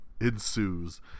ensues